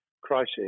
crisis